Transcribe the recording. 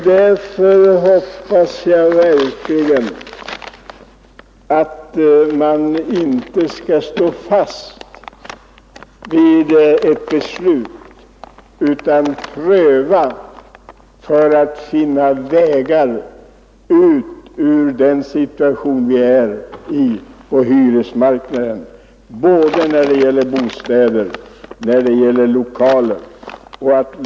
Därför hoppas jag verkligen att man inte skall stå fast vid det fattade beslutet, utan söka finna vägar ut ur den situation vi befinner oss i på hyresmarknaden både när det gäller bostäder och lokaler.